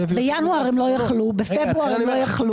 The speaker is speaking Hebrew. בינואר הם לא יכלו, בפברואר הם לא יכלו.